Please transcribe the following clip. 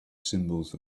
symbols